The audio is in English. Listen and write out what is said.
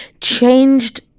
changed